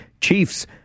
Chiefs